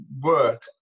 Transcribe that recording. work